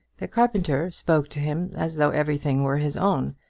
the carpenter spoke to him as though everything were his own,